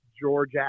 George